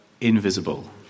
invisible